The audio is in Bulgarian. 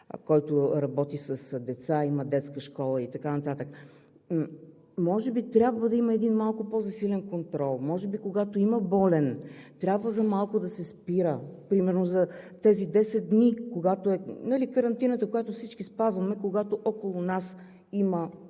който работи с деца, има детска школа и така нататък. Може би трябва да има малко по-засилен контрол. Може би когато има болен, трябва за малко да се спира. Примерно за тези 10 дни – карантината, която всички спазваме, когато около нас има заразен